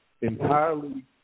entirely